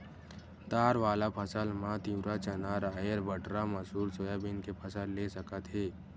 दार वाला फसल म तिंवरा, चना, राहेर, बटरा, मसूर, सोयाबीन के फसल ले सकत हे